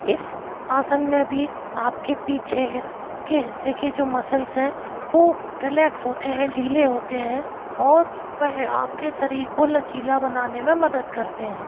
इस आसन में भी आप के पीछे हिस् के हिस्से के जो मसल्स हैं वो रिलैक्स होते हैं ढीले होते हैं और वह आप के शरीर को लचीला बनाने में मदद करते हैं